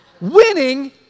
Winning